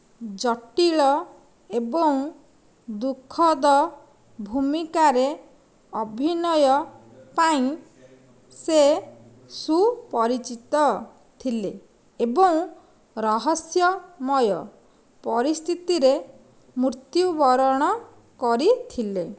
ଜଟିଳ ଏବଂ ଦୁଃଖଦ ଭୂମିକାରେ ଅଭିନୟ ପାଇଁ ସେ ସୁପରିଚିତ ଥିଲେ ଏବଂ ରହସ୍ୟମୟ ପରିସ୍ଥିତିରେ ମୃତ୍ୟୁବରଣ କରିଥିଲେ